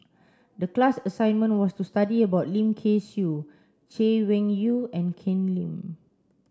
the class assignment was to study about Lim Kay Siu Chay Weng Yew and Ken Lim